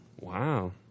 Wow